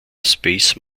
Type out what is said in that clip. space